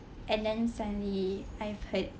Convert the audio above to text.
and then suddenly I've heard